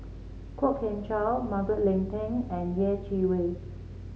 Kwok Kian Chow Margaret Leng Tan and Yeh Chi Wei